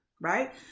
Right